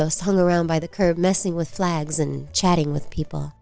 carlos hung around by the curb messing with flags and chatting with people